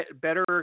better